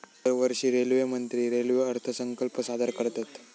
दरवर्षी रेल्वेमंत्री रेल्वे अर्थसंकल्प सादर करतत